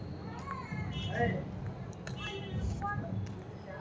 UPI ದಾಗಿನ ರೊಕ್ಕದ ವಹಿವಾಟಿನ ಬಗ್ಗೆ ತಿಳಸ್ರಿ